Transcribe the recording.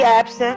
apps